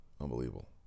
Unbelievable